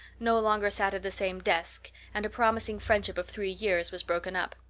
no longer sat at the same desk, and a promising friendship of three years was broken up.